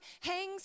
hangs